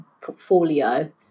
portfolio